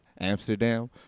Amsterdam